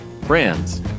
brands